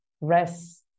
rest